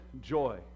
joy